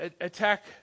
attack